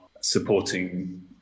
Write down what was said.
supporting